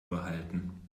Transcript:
behalten